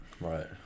right